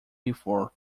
before